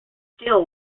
still